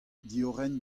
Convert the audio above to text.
diorren